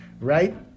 right